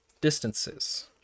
distances